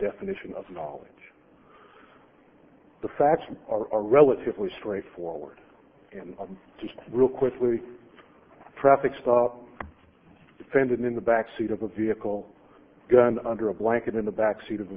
definition of knowledge the facts are relatively straightforward and just real quickly traffic stop defendant in the back seat of a vehicle gun under a blanket in the back seat of